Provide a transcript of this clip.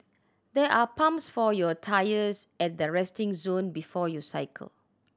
there are pumps for your tyres at the resting zone before you cycle